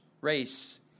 race